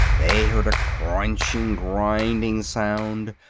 they heard a crunching, grinding sound,